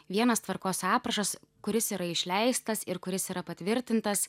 vienas tvarkos aprašas kuris yra išleistas ir kuris yra patvirtintas